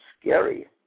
scary